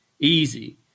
easy